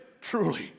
truly